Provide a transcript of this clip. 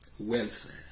welfare